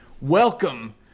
Welcome